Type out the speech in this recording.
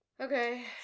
Okay